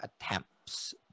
attempts